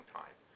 time